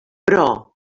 però